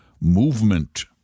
movement